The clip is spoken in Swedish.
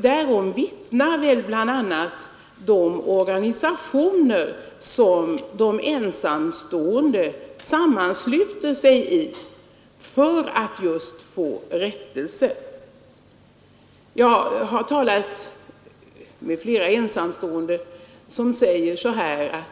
Därom vittnar väl bl.a. de organisationer som de ensamstående sammansluter sig i för att just få rättelse. Jag har talat med flera ensamstående som säger så här: